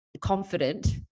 confident